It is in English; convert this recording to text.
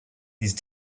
these